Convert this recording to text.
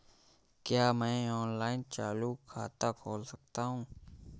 क्या मैं ऑनलाइन चालू खाता खोल सकता हूँ?